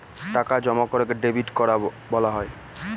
টাকা জমা করাকে ডেবিট করা বলা হয়